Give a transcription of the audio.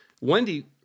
Wendy